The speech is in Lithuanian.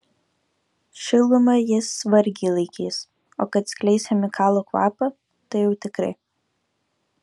šilumą jis vargiai laikys o kad skleis chemikalų kvapą tai jau tikrai